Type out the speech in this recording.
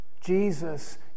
Jesus